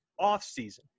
offseason